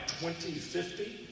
2050